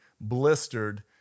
blistered